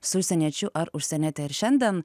su užsieniečiu ar užsieniete ir šiandien